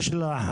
תומר,